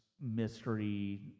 mystery